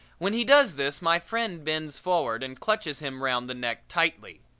when he does this my friend bends forward and clutches him round the neck tightly.